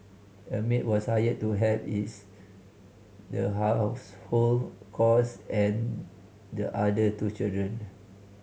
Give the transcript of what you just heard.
a maid was hired to help with the household and the other two children